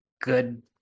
good